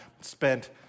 spent